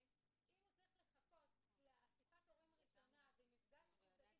אם הוא צריך לחכות לאסיפת ההורים הראשונה בשביל לדעת